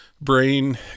brain